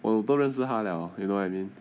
我都认识他 liao you know what I mean